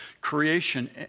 creation